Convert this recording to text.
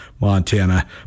Montana